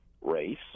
race